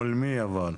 מול מי אבל?